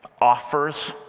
offers